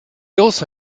also